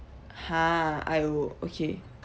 ha !aiyo! okay